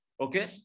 Okay